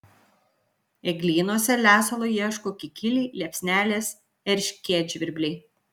eglynuose lesalo ieško kikiliai liepsnelės erškėtžvirbliai